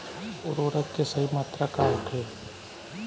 उर्वरक के सही मात्रा का होखे?